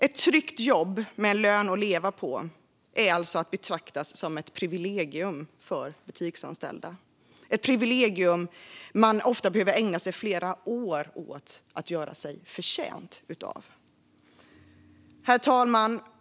Ett tryggt jobb med en lön att leva på är alltså att betrakta som ett privilegium för butiksanställda. Det är ett privilegium man ofta behöver ägna flera år åt att göra sig förtjänt av. Herr talman!